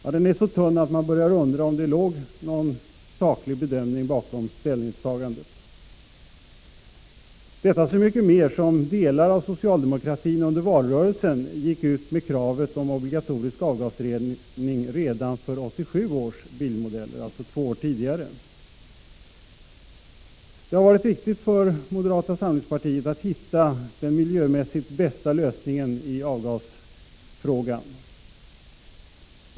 Ja, den är så tunn att man börjar undra om det låg någon saklig bedömning bakom ställningstagandet — detta så mycket mer som delar av socialdemokratin under valrörelsen gick ut med kravet på obligatorisk avgasrening redan för 1987 års bilmodeller, alltså två år tidigare. Det har varit viktigt för moderata samlingspartiet att hitta den miljömässigt bästa lösningen i avgasfrågan.